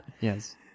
yes